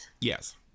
Yes